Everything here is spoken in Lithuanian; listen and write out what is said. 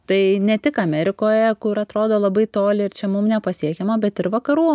tai ne tik amerikoje kur atrodo labai toli ir čia mum nepasiekiama bet ir vakarų